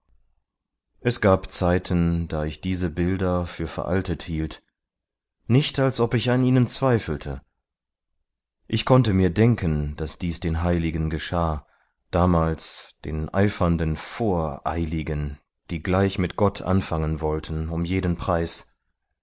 es gab zeiten da ich diese bilder für veraltet hielt nicht als ob ich an ihnen zweifelte ich konnte mir denken daß dies den heiligen geschah damals den eifernden voreiligen die gleich mit gott anfangen wollten um jeden preis